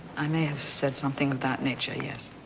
i may have said something of that nature, yes.